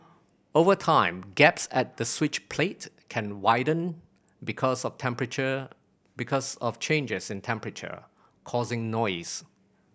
over time gaps at the switch plate can widen because of temperature because of changes in temperature causing noise